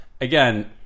again